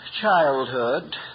childhood